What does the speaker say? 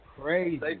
crazy